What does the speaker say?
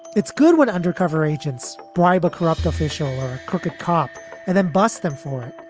it's good when undercover agents bribe a corrupt official or. crooked cop and then bust them for it,